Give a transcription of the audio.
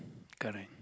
correct